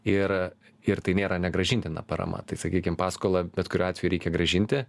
ir ir tai nėra negrąžintina parama tai sakykim paskolą bet kuriuo atveju reikia grąžinti